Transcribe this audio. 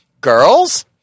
girls –